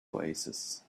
oasis